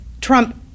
Trump